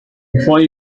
before